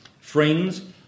Friends